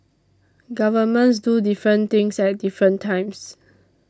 governments do different things at different times